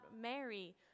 Mary